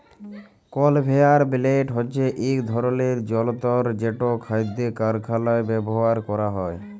conveyor belt হছে ইক ধরলের জলতর যেট খাদ্য কারখালায় ব্যাভার ক্যরা হয়